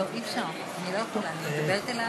לא, אי-אפשר, אני לא יכולה, אני מדברת אל האוויר.